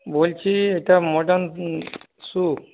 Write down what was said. বলছি এটা modern shoe